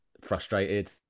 frustrated